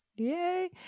Yay